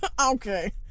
Okay